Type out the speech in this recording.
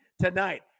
tonight